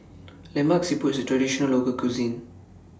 Lemak Siput IS A Traditional Local Cuisine